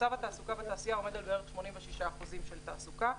מצב התעסוקה בתעשייה עומד על בערך 86% תעסוקה.